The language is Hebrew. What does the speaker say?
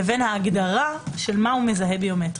לבין ההגדרה של מהו מזהה ביומטרי.